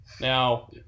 Now